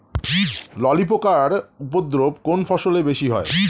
ললি পোকার উপদ্রব কোন ফসলে বেশি হয়?